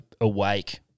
awake